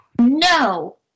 No